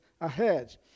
ahead